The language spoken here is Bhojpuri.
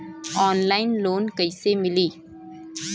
ऑनलाइन लोन कइसे मिली?